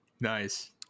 nice